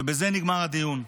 ובזה נגמר הדיון.